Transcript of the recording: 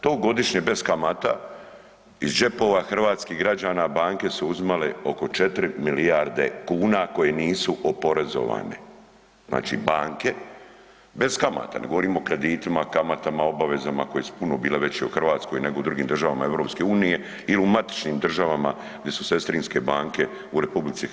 To godišnje bez kamata iz džepova hrvatskih građana banke su uzimale oko 4 milijarde kuna koje nisu oporezovane, znači banke, bez kamata, ne govorimo o kreditima, kamatama, obavezama koje su puno bile veće u Hrvatskoj nego u drugim državama EU ili u matičnim državama gdje su sestrinske banke u RH.